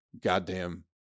goddamn